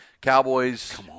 Cowboys